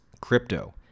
crypto